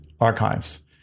archives